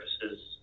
services